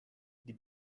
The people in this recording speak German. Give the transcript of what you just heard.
die